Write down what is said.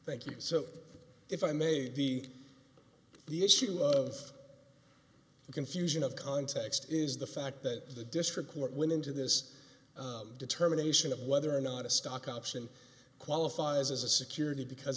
thank you so if i may be the issue of the confusion of context is the fact that the district court win into this determination of whether or not a stock option qualifies as a security because